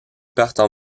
partent